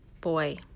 Boy